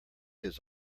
his